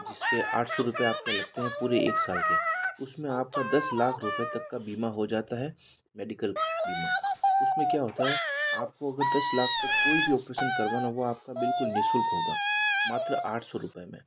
जिस के आठ सौ रुपये आप के लगते हैं पूरे एक साल के उस में आप का दस लाख रुपये तक का बीमा हो जाता है मेडिकल बीमा उस में क्या होता है आप को अगर दस लाख तक कोई भी ऑपरेसन करवाना हो वो आप का बिल्कुल निशुल्क होगा मात्र आठ सौ रुपये में